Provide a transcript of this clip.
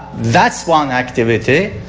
that is one activity.